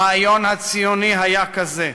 הרעיון הציוני היה כזה.